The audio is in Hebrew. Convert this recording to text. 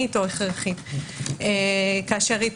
מוצע להרחיב באופן כללי גם את הליווי באותם מקרים וזה יחול בהתאם,